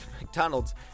McDonald's